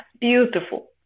beautiful